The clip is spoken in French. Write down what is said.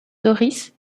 doris